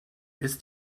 ist